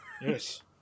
Yes